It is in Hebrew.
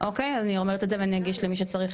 אני אומרת את זה ואני אגיש למי שצריך